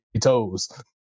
toes